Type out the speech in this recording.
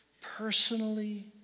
personally